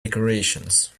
decorations